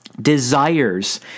desires